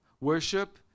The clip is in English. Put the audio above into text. worship